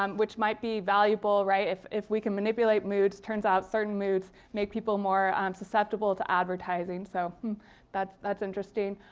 um which might be valuable, if if we can manipulate moods. turns out certain moods make people more um susceptible to advertising. so that's that's interesting.